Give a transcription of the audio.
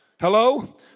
Hello